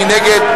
מי נגד?